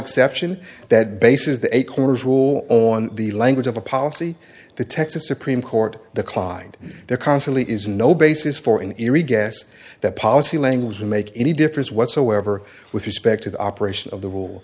exception that bases the eight corners rule on the language of a policy the texas supreme court declined the constantly is no basis for an eerie guess that policy language make any difference whatsoever with respect to the operation of the rule